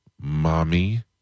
mommy